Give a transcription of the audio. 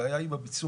הבעיה היא בביצוע.